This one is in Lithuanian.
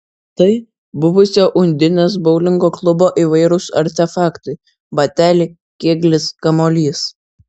tai buvusio undinės boulingo klubo įvairūs artefaktai bateliai kėglis kamuolys